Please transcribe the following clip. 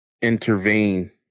intervene